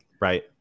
Right